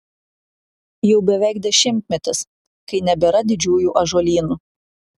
jau beveik dešimtmetis kai nebėra didžiųjų ąžuolynų